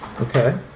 okay